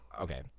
Okay